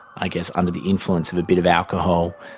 i guess under the influence of a bit of alcohol,